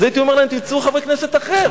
הייתי אומר להם, תמצאו חבר כנסת אחר.